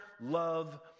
love